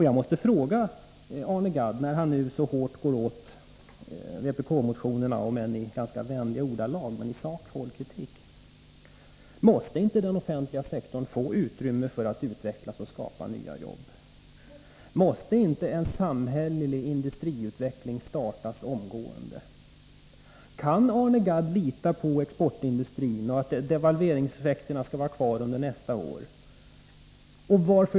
Jag måste fråga Arne Gadd, när han nu går så hårt åt vpk-motionerna, visserligen i ganska vänliga ordalag men dock i sak: Måste inte den offentliga sektorn få utrymme för att utvecklas och skapa nya jobb? Måste inte en samhällelig industriutveckling startas omgående? Kan Arne Gadd lita på exportindustrin och på att devalveringseffekterna skall vara kvar under nästa år?